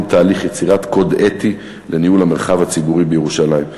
תהליך יצירת קוד אתי לניהול המרחב הציבורי בירושלים.